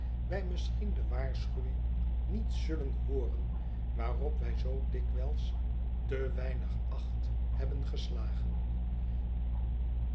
wij misschien de waarschuwing niet zullen hooren waarop wij zoo dikwijls te weinig acht hebben geslagen